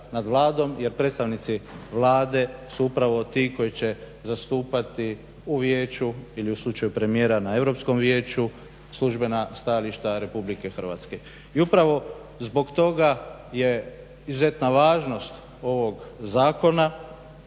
nad Vladom jer predstavnici Vlade su upravo ti koji će zastupati u vijeću ili u slučaju premijera na Europskom vijeću službena stajališta Republike Hrvatske. I upravo zbog toga je izuzetna važnost ovog zakona